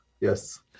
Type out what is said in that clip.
Yes